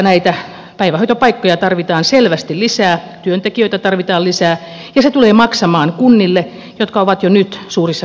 näitä päivähoitopaikkoja tarvitaan selvästi lisää työntekijöitä tarvitaan lisää ja se tulee maksamaan kunnille jotka ovat jo nyt suurissa vaikeuksissa